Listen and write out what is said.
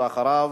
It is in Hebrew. אחריו,